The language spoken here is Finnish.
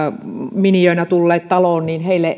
miniöinä tulleet taloon